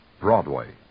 Broadway